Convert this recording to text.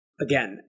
Again